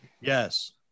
Yes